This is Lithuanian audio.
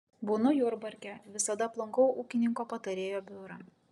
būnu jurbarke visada aplankau ūkininko patarėjo biurą